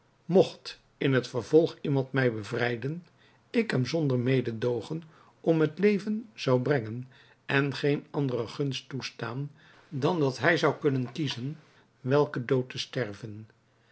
mogt in het vervolg iemand mij bevrijden ik hem zonder mededoogen om het leven zou brengen en geen andere gunst toestaan dan dat hij zou kunnen kiezen welken dood te sterven